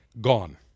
Gone